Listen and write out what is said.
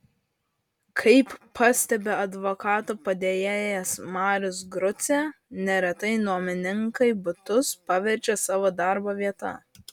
kaip pastebi advokato padėjėjas marius grucė neretai nuomininkai butus paverčia savo darbo vieta